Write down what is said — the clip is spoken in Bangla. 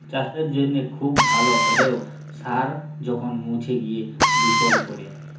চাসের জনহে খুব ভাল হ্যলেও সার যখল মুছে গিয় দুষল ক্যরে